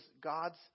god's